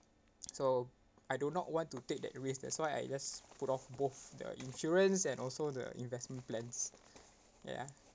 so I do not want to take that risk that's why I just put off both the insurance and also the investment plans ya